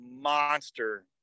monster